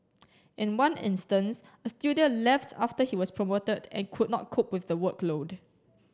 in one instance a student left after he was promoted and could not cope with the workload